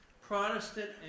Protestant